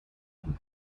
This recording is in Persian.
بود